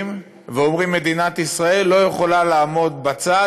לשגרירים ואומרים: מדינת ישראל לא יכולה לעמוד בצד?